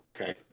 Okay